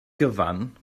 gyfan